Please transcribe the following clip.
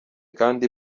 kandi